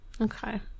Okay